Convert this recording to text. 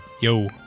Yo